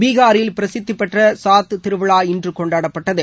பீகாரில் பிரசிதிபெற்ற சாட் திருவிழா இன்று கொண்டாடப்பட்டது